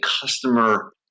customer